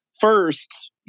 First